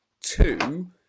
two